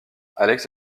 alex